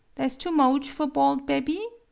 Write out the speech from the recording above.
tha' s too moach for bald bebby?